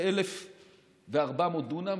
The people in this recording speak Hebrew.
13,400 דונם,